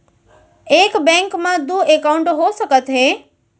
एक बैंक में दू एकाउंट हो सकत हे?